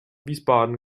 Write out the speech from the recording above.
wiesbaden